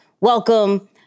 welcome